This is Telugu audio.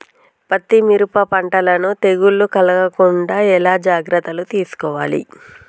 పత్తి మిరప పంటలను తెగులు కలగకుండా ఎలా జాగ్రత్తలు తీసుకోవాలి?